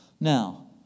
Now